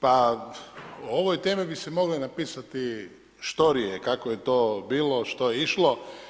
Pa o ovoj temi bi se mogle napisati storije kako je to bilo, što je išlo.